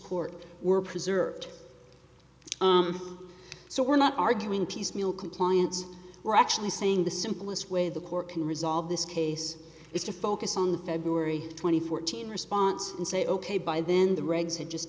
court were preserved so we're not arguing piecemeal compliance we're actually saying the simplest way the court can resolve this case is to focus on the february twenty fourth response and say ok by then the regs had just